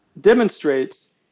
demonstrates